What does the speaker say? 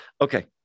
Okay